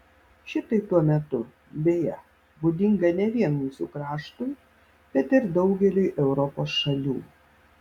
šitai tuo metu beje būdinga ne vien mūsų kraštui bet ir daugeliui europos šalių